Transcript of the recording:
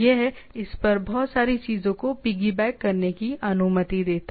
यह इस पर बहुत सारी चीजों को पिग्गीबैक करने की अनुमति देता है